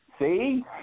See